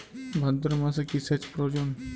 ভাদ্রমাসে কি সেচ প্রয়োজন?